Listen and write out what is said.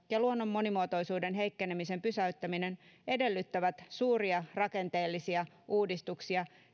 ja luonnon monimuotoisuuden heikkenemisen pysäyttäminen edellyttävät suuria rakenteellisia uudistuksia